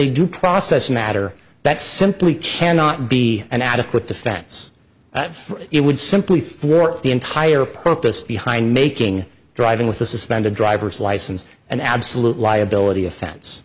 due process matter that simply cannot be an adequate defense it would simply thwart the entire purpose behind making driving with a suspended driver's license an absolute liability offense